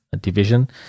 division